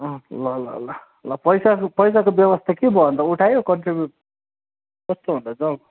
अँ ल ल ल ल पैसाको पैसाको व्यवस्था के भयो अन्त उठायो कन्ट्रिबिउट कस्तो हुँदैछ हौ